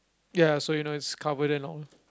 ya so you know it's covered and all